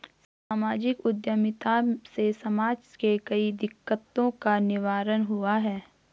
सामाजिक उद्यमिता से समाज के कई दिकक्तों का निवारण हुआ है